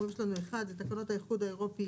יש לנו תקנות האיחוד האירופי